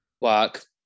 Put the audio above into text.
Work